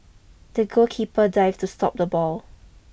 the goalkeeper dived to stop the ball